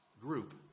group